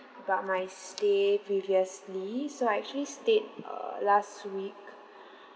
about my stay previously so I actually stayed uh last week